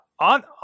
on